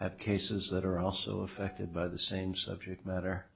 have cases that are also affected by the same subject matter